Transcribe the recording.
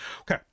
Okay